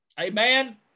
Amen